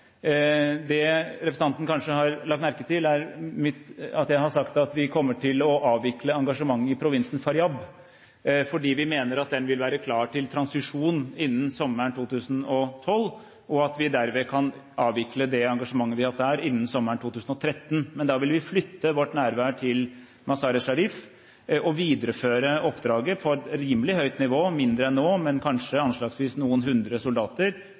Det representanten kanskje har lagt merke til, er at jeg har sagt at vi kommer til å avvikle engasjementet i provinsen Faryab, fordi vi mener at den vil være klar til transisjon innen sommeren 2012, og at vi derved kan avvikle det engasjementet vi har hatt der innen sommeren 2013. Men da vil vi flytte vårt nærvær til Mazar-e Sharif og videreføre oppdraget på et rimelig høyt nivå – mindre enn nå, men kanskje med anslagsvis noen hundre soldater